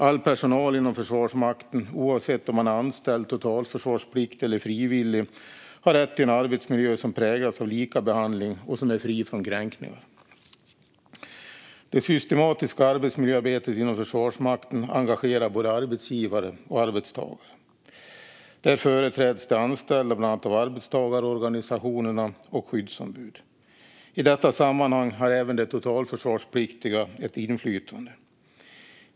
All personal inom Försvarsmakten, oavsett om man är anställd, totalförsvarspliktig eller frivillig, har rätt till en arbetsmiljö som präglas av likabehandling och som är fri från kränkningar. Det systematiska arbetsmiljöarbetet inom Försvarsmakten engagerar både arbetsgivare och arbetstagare. Där företräds de anställda bland annat av arbetstagarorganisationerna och skyddsombud. I detta sammanhang har även de totalförsvarspliktiga ett inflytande.